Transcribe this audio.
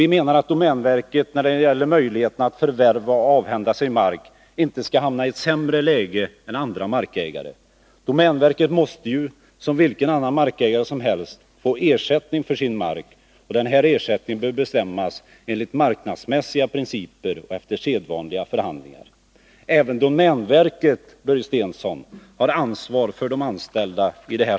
Vi menar att domänverket, när det gäller möjligheterna att förvärva och avhända sig mark, inte skall hamna i sämre läge än andra markägare. Domänverket måste ju, som vilken annan markägare som helst, få ersättning för sin mark, och denna ersättning bör bestämmas enligt marknadsmässiga principer och efter sedvanliga förhandlingar. Även domänverket har, Börje Stensson, ansvar för sina anställda.